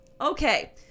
okay